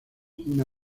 una